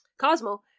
Cosmo